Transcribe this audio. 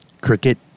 Cricket